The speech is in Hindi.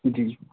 जी